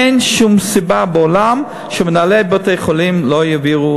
אין שום סיבה בעולם שמנהלי בתי-חולים לא יעבירו,